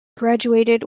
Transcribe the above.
graduated